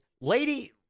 Lady